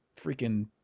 freaking